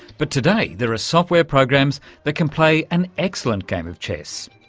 but today there are software programs that can play an excellent game of chess,